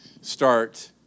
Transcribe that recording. start